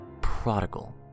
prodigal